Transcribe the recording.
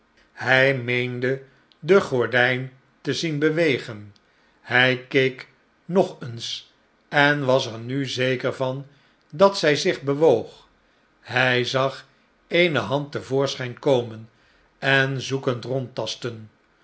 hij meende de gordijn te zien bewegen hij keek nog eens en was er nu zeker van dat zij zich bewoog hij zag eene hand te voorschijn komen en zoekend rondtasten